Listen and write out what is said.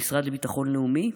המשרד לביטחון לאומי,